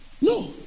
No